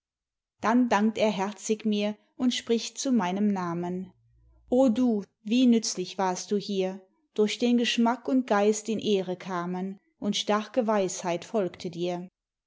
dann dankt er herzig mir und spricht zu meinem namen o du wie nützlich warst du hier durch den geschmack und geist in ehre kamen und starke weisheit folgte dir